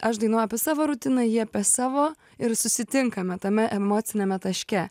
aš dainuoju apie savo rutiną ji apie savo ir susitinkame tame emociniame taške